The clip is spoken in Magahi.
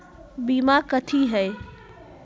बीमा कथी है?